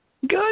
Good